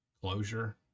closure